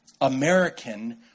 American